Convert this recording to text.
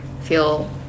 feel